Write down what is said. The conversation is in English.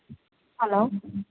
hello